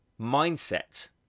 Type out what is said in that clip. mindset